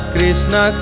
Krishna